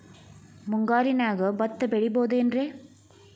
ಮುಂಗಾರಿನ್ಯಾಗ ಭತ್ತ ಬೆಳಿಬೊದೇನ್ರೇ?